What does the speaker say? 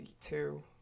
two